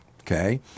okay